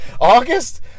August